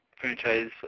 franchise